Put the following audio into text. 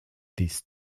this